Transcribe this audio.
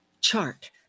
chart